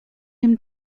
him